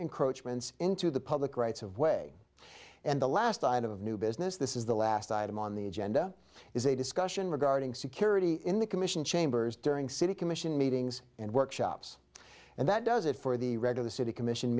encroachments into the public rights of way and the last item of new business this is the last item on the agenda is a discussion regarding security in the commission chambers during city commission meetings and workshops and that does it for the rest of the city commission